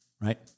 right